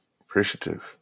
appreciative